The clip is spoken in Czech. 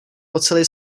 oceli